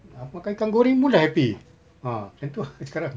ah makan ikan goreng pun dah happy ah yang itu I cakap lah